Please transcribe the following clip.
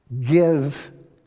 give